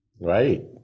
Right